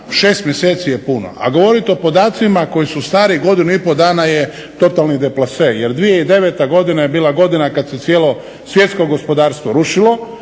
6 mjeseci je puno, a govoriti o podacima koji su stari godinu i pol dana je totalni deplase, jer 2009. godina je bila godina kad se cijelo svjetsko gospodarstvo rušilo,